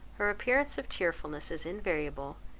her appearance of cheerfulness as invariable,